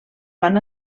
van